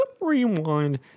rewind